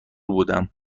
بودم